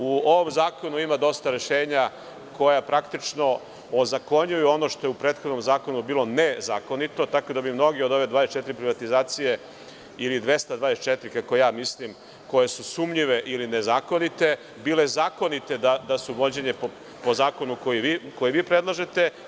U ovom zakonu ima dosta rešenja koja praktično ozakonjuju ono što je u prethodnom zakonu bilo nezakonito, tako da bi mnoge od ove 24 privatizacije ili 224, kako ja mislim, koje su sumnjive ili nezakonite, bile zakonite da su vođene po zakonu koji vi predlažete.